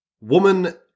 woman